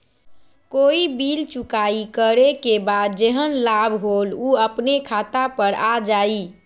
कोई बिल चुकाई करे के बाद जेहन लाभ होल उ अपने खाता पर आ जाई?